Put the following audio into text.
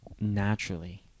naturally